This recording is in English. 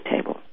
table